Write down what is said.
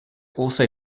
also